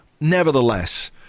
Nevertheless